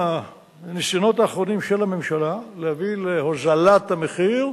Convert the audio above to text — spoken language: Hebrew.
בניסיונות האחרונים של הממשלה להביא להוזלת המחיר,